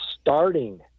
starting